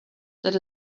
that